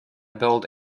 build